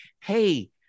hey